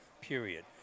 period